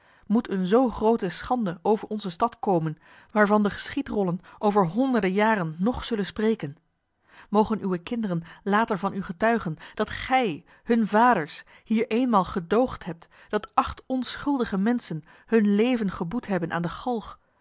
moet eene zoo groote schande over onze stad komen waarvan de geschiedrollen over honderden jaren nog zullen spreken mogen uwe kinderen later van u getuigen dat gij hunne vaders hier eenmaal gedoogd hebt dat acht onschuldige menschen hun leven geboet hebben aan de galg